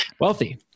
wealthy